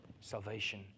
salvation